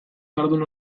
jardun